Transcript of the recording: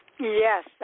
Yes